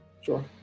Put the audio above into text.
Sure